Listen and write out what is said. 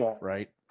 Right